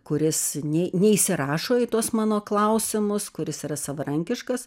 kuris nė neįsirašo į tuos mano klausimus kuris yra savarankiškas